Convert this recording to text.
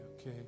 okay